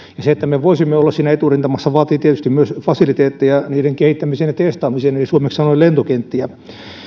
se että me voisimme olla siinä eturintamassa vaatii tietysti myös fasiliteetteja niiden kehittämiseen ja testaamiseen eli suomeksi sanoen lentokenttiä